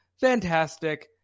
Fantastic